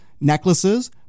necklaces